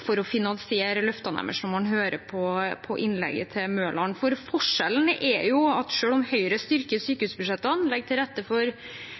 når man hører på innlegget til Mørland. Forskjellene er at selv om Høyre styrker sykehusbudsjettene og legger til rette for